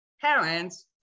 parents